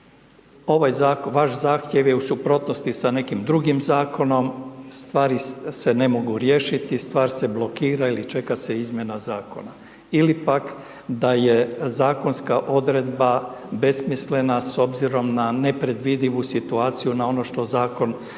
ovaj zahtjev, vaš zahtjev je u suprotnosti sa nekim drugim zakonom, stvari se ne mogu riješiti, stvar se blokira ili čeka se izmjena zakona. Ili pak da je zakonska odredba besmislena s obzirom na nepredvidivu situaciju na ono što zakon